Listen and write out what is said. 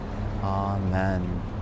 Amen